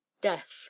death